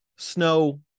snow